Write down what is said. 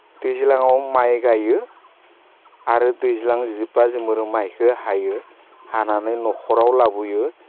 दैज्लाङाव माइ गायो आरो दैज्लां जोब्बा जोङो माइखो हायो हानानै न'खराव लाबोयो